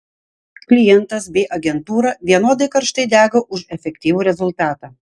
klientas bei agentūra vienodai karštai dega už efektyvų rezultatą